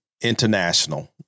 international